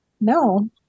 No